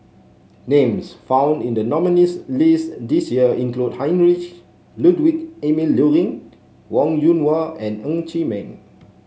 names found in the nominees' list this year include Heinrich Ludwig Emil Luering Wong Yoon Wah and Ng Chee Meng